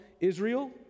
Israel